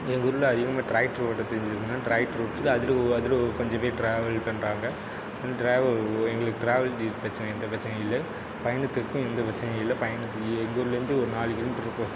எங்கள் ஊரில் அதிகமாக டிராக்டர் ஓட்ட தெரிஞ்சுருக்கணும் டிராக்டர் ஓட்டிட்டு அதில் அதில் கொஞ்சம் பேர் டிராவல் பண்ணுறாங்க டிராவல் எங்களுக்கு டிராவல் இது பிரச்சனை எந்த பிரச்சனையும் இல்லை பயணத்திற்கும் எந்த பிரச்சனையும் இல்லை பயணத்திலும் எங்கூர்லேருந்து ஒரு நாலு கிலோமீட்டர் பக்கம்